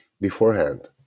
beforehand